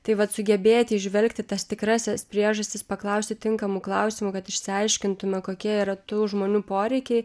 taip vat sugebėti įžvelgti tas tikrąsias priežastis paklausti tinkamų klausimų kad išsiaiškintume kokie yra tų žmonių poreikiai